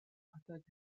attack